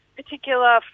particular